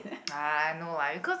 ah no lah because